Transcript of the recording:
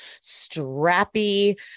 strappy